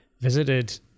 visited